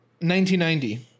1990